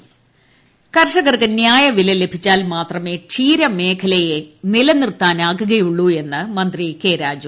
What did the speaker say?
ക്ഷീരമേഖല കർഷകർക്ക് ന്യായവില ലഭിച്ചാൽ മാത്രമേ ക്ഷീരമേഖലയെ നിലനിർത്താനാകുകയുള്ളുവെന്ന് മന്ത്രി കെ രാജു